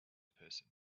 person